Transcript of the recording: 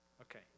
Okay